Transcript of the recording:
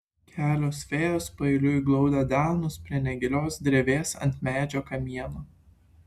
kelios fėjos paeiliui glaudė delnus prie negilios drevės ant medžio kamieno